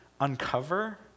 uncover